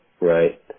right